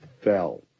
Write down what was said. fell